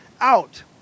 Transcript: out